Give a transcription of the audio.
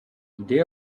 these